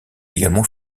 également